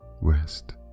rest